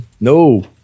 No